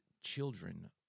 children